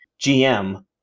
GM